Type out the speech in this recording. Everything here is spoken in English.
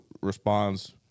responds